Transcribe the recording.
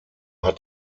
hat